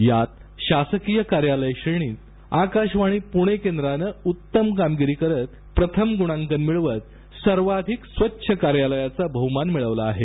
यात शासकीय कार्यालय श्रेणीत आकाशवाणी पुणे केंद्राने उत्तम कामगिरी करत प्रथम गुणांकन मिळवत सर्वाधिक स्वच्छ कार्यालयाचा बहुमान मिळवला आहे